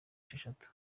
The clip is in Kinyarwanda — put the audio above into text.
esheshatu